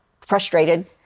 frustrated